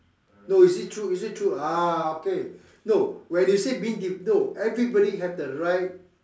no is it true is it true ah okay no when you say being d~ no everybody have the right